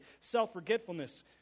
Self-forgetfulness